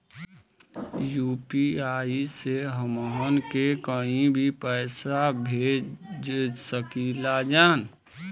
UPI से हमहन के कहीं भी पैसा भेज सकीला जा?